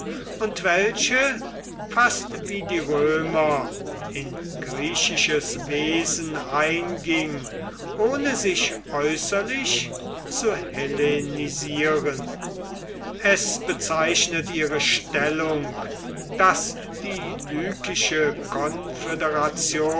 und welche fast wie die römer in griechisches wesen einging ohne sich äußerlich zu hellenisieren es bezeichnet ihre stellung daß die lykische